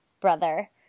brother